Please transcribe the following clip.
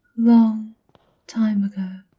long time ago.